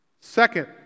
Second